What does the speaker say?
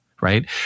right